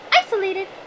Isolated